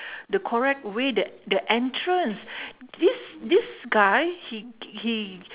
the correct way the the entrance this this guy he he